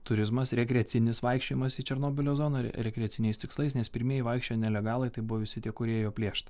turizmas rekreacinis vaikščiojimas į černobylio zoną rekreaciniais tikslais nes pirmieji vaikščiojo nelegalai tai buvo visi tie kurie ėjo plėšt